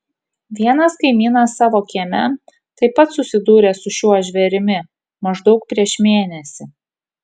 vienas kaimynas savo kieme taip pat susidūrė su šiuo žvėrimi maždaug prieš mėnesį